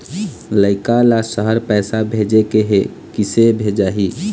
लइका ला शहर पैसा भेजें के हे, किसे भेजाही